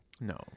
no